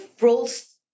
roles